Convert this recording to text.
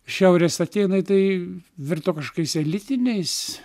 šiaurės atėnai tai virto kažkokiais elitiniais